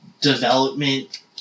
development